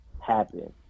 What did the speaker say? happen